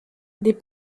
des